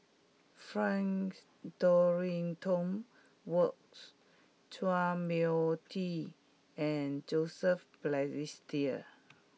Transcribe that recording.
Frank Dorrington Wards Chua Mia Tee and Joseph Balestier